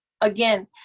again